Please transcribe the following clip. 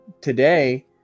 today